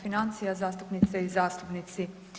financija, zastupnice i zastupnici.